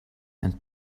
and